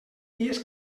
dies